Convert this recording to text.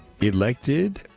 elected